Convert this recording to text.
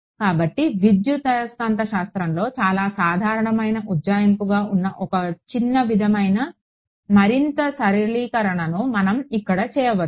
కాబట్టి విద్యుదయస్కాంతశాస్త్రంలో చాలా సాధారణమైన ఉజ్జాయింపుగా ఉన్న ఒక చిన్న విధమైన మరింత సరళీకరణను మనం ఇక్కడ చేయవచ్చు